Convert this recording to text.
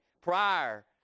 Prior